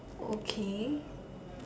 okay